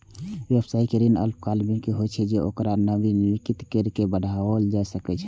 व्यावसायिक ऋण अल्पकालिक होइ छै, पर ओकरा नवीनीकृत कैर के बढ़ाओल जा सकै छै